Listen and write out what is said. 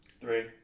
three